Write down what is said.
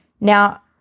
Now